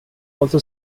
also